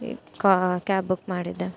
ಕ cab book ಮಾಡಿದ್ದೆ